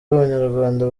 b’abanyarwanda